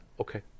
Okay